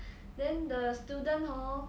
then the student hor